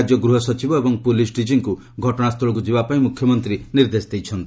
ରାଜ୍ୟ ଗୃହ ସଚିବ ଏବଂ ପୁଲିସ୍ ଡିଜିଙ୍କୁ ଘଟଣାସ୍ଥଳକୁ ଯିବାପାଇଁ ମୁଖ୍ୟମନ୍ତ୍ରୀ ନିର୍ଦ୍ଦେଶ ଦେଇଛନ୍ତି